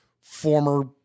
former